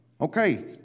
Okay